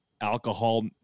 alcohol